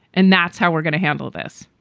and that's how we're going to handle this,